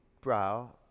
brow